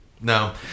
No